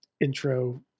intro